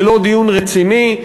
ללא דיון רציני.